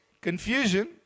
confusion